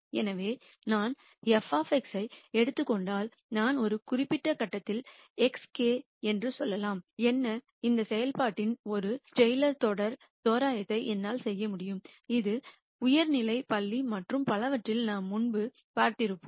எனவே நான் f ஐ எடுத்துக் கொண்டால் நான் ஒரு குறிப்பிட்ட கட்டத்தில் xk என்று சொல்லலாம் என்ன இந்த செயல்பாட்டின் ஒரு டெய்லர் தொடர் தோராயத்தை என்னால் செய்ய முடியும் இது உயர்நிலைப் பள்ளி மற்றும் பலவற்றில் நாம் முன்பு பார்த்திருப்போம்